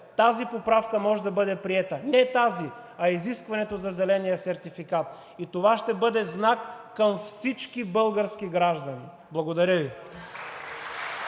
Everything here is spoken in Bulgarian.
тази поправка може да бъде приета. Не тази, а изискването за зеления сертификат. И това ще бъде знак към всички български граждани. Благодаря Ви.